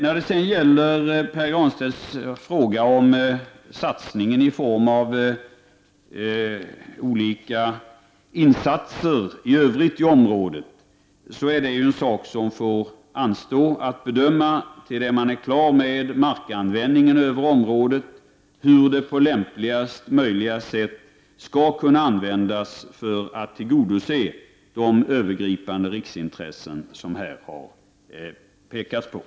När det sedan gäller Pär Granstedts fråga om satsning i form av olika åtgärder i övrigt i området är det ju en sak som man får anstå med att bedöma, tills man är klar med markanvändningen och med bedömningen av hur området på lämpligaste möjliga sätt skall kunna användas för att tillgodose de övergripande riksintressen som här har framhållits.